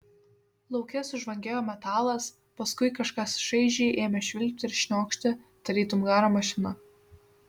lauke sužvangėjo metalas paskui kažkas šaižiai ėmė švilpti ir šniokšti tarytum garo mašina